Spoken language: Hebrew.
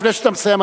לפני שאתה מסיים,